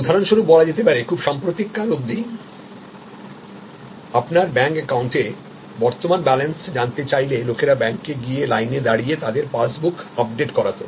উদাহরণস্বরূপ বলা যেতে পারে খুব সাম্প্রতিক কাল অবধি আপনার ব্যাংক অ্যাকাউন্টে বর্তমান ব্যালেন্স জানতে চাইলে লোকেরা ব্যাংকে গিয়ে লাইনে দাঁড়িয়ে তাদের পাস বুক আপডেট করাতো